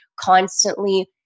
constantly